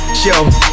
show